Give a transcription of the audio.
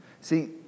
See